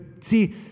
see